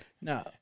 No